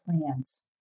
plans